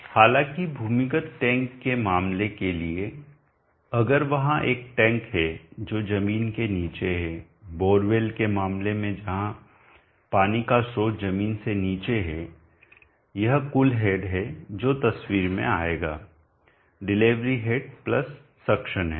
हालाँकि भूमिगत टैंक के मामले के लिए अगर वहाँ एक टैंक है जो जमीन के नीचे है बोरवेल के मामले में जहाँ पानी का स्रोत ज़मीन से नीचे है यह कुल हेड है जो तस्वीर में आएगा delivery head plus suction head